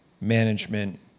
management